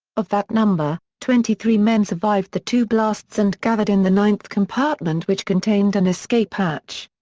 of that number, twenty three men survived the two blasts and gathered in the ninth compartment which contained an escape hatch.